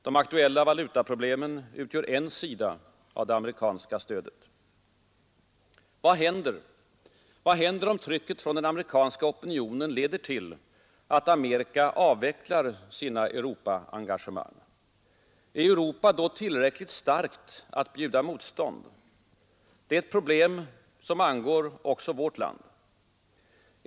De aktuella valutaproblemen utgör en sida av det amerikanska stödet. Vad händer om trycket från den amerikanska opinionen leder till att Amerika avvecklar sina Europaengagemang? Är Europa då tillräckligt starkt att bjuda motstånd? Det är ett problem som angår också vårt land.